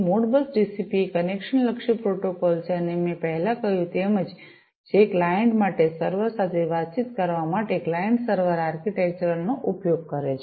Modbus TCP એ connection લક્ષી protocol છે અને મેં પહેલાં કહ્યું તેમ જે ક્લાયંટ માટે સર્વર સાથે વાતચીત કરવા માટે ક્લાયંટ સર્વર આર્કિટેક્ચરનો ઉપયોગ કરે છે